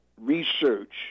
research